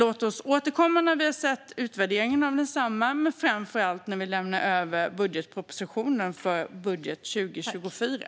Låt oss återkomma när vi har sett utvärderingen och framför allt när vi lämnar över budgetpropositionen för 2024.